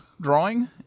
drawing